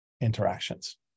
interactions